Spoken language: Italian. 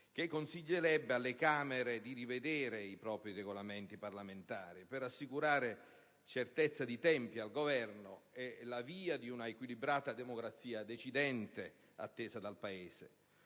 che consiglierebbe alle Camere di rivedere i propri Regolamenti parlamentari per assicurare certezza di tempi al Governo e la via di una equilibrata democrazia decidente attesa dal Paese.